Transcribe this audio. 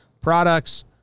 products